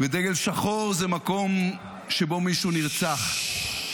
ודגל שחור זה מקום שבו מישהו נרצח.